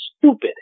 stupid